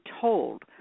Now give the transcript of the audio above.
told